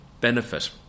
benefit